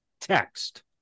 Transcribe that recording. text